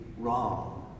wrong